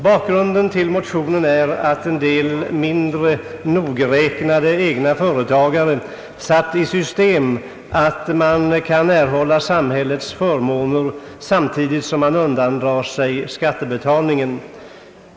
Bakgrunden till motionen är att en del mindre nogräknade egna företagare satt i system att de kan erhålla samhällets förmåner samtidigt som de undandrar sig skattebetalningen.